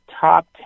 top